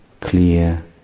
clear